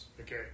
Okay